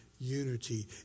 unity